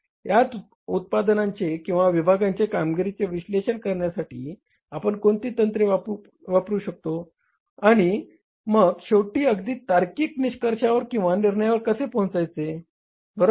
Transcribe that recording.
या उत्पादनांचे किंवा विभागांच्या कामगिरीचे विश्लेषण करण्यासाठी आपण कोणती तंत्रे वापरु शकतो आणि मग शेवटी अगदी तार्किक निष्कर्षावर किंवा निर्णयावर कसे पोहोचायचे बरोबर